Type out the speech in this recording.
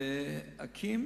להקים